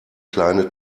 kleine